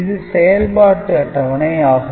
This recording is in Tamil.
இது செயல்பாட்டு அட்டவணை ஆகும்